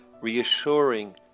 reassuring